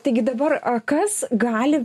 taigi dabar kas gali